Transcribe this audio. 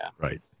right